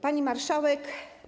Pani Marszałek!